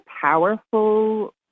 powerful